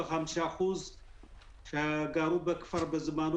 שהם 85% שגרו בזמנו בכפר,